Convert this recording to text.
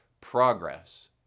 progress